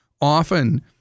often